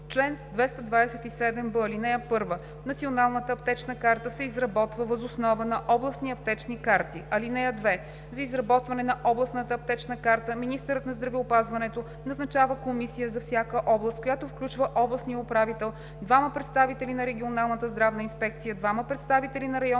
Чл. 227б. (1) Националната аптечна карта се изработва въз основа на областни аптечни карти. (2) За изработване на Областната аптечна карта министърът на здравеопазването назначава комисия за всяка област, която включва областния управител, двама представители на Регионалната здравна инспекция, двама представители на Районната